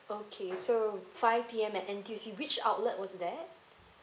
okay so five P_M at N_T_U_C which outlet was that